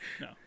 No